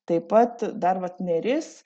taip pat dar vat neris